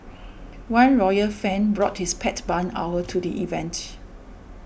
one royal fan brought his pet barn owl to the event